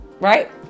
right